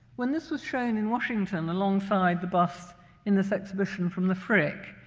when this was shown in washington alongside the bust in this exhibition from the frick,